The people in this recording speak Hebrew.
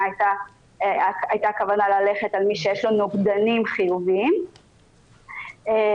הייתה כוונה ללכת על מי שיש לו נוגדנים חיוביים ולאפשר